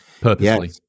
purposely